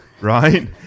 Right